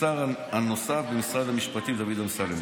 לשר הנוסף במשרד המשפטים דוד אמסלם.